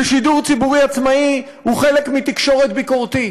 ושידור ציבורי עצמאי הוא חלק מתקשורת ביקורתית.